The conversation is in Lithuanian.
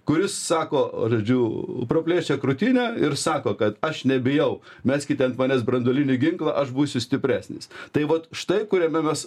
kuris sako žodžiu praplėšia krūtinę ir sako kad aš nebijau meskite ant manęs branduolinį ginklą aš būsiu stipresnis tai vat štai kuriame mes